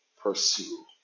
Pursue